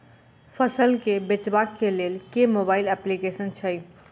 फसल केँ बेचबाक केँ लेल केँ मोबाइल अप्लिकेशन छैय?